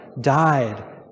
died